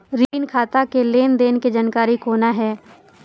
ऋण खाता के लेन देन के जानकारी कोना हैं?